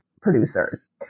producers